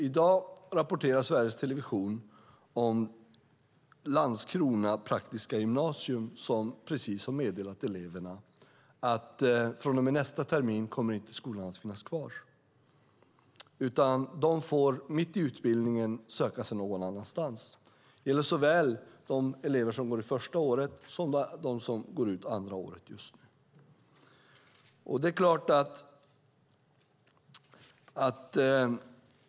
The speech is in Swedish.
I dag rapporterar Sveriges Television om Landskrona praktiska gymnasium, som precis har meddelat eleverna att skolan från och med nästa termin inte kommer att finnas kvar. De får mitt i utbildningen söka sig någon annanstans. Det gäller såväl de elever som går första året som de som går andra året.